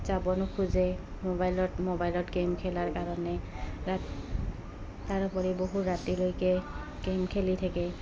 যাব নোখোজে মোবাইলত মোবাইলত গে'ম খেলাৰ কাৰণে ৰা তাৰোপৰি বহু ৰাতিলৈকে গে'ম খেলি থাকে